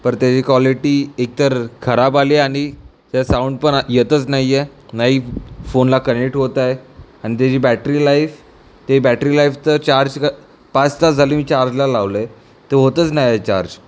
बरं त्याची क्वालेटी एकतर खराब आली आणि त्याचं साऊंड पण आ येतंच नाही आहे नाही फोनला कनेक्ट होत आहे आणि त्याचि बॅटरी लाईफ ते बॅटरी लाईफचं चार्ज क पाच तास झालं मी चार्जला लावलं आहे तो होतच नाही चार्ज